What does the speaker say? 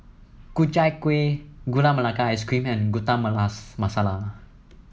Ku Chai Kuih Gula Melaka Ice Cream and Masala